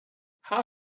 how